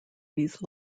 these